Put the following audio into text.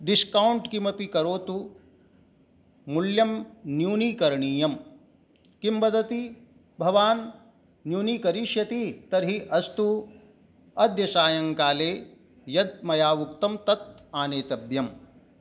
discount किमपि करोतु मूल्यं न्यूनीकरणीयं किं वदति भवान् न्यूनीकरिष्यति तर्हि अस्तु अद्य सायङ्काले यत् मया उक्तं तत् आनेतव्यम्